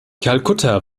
kalkutta